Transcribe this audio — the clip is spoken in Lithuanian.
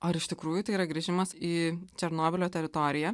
ar iš tikrųjų tai yra grįžimas į černobylio teritoriją